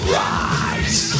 rise